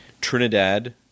Trinidad